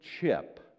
Chip